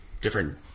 different